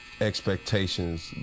expectations